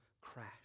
crash